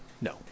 No